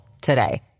today